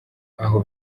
aho